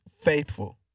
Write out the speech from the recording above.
faithful